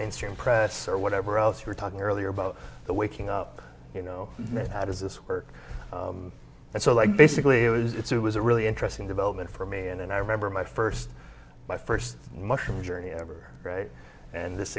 mainstream press or whatever else you were talking earlier about the waking up you know how does this work and so like basically you it was a really interesting development for me and i remember my first my first mushroom journey ever right and this